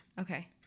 Okay